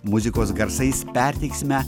muzikos garsais perteiksime